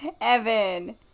Evan